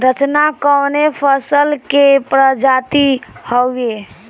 रचना कवने फसल के प्रजाति हयुए?